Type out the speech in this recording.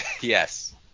Yes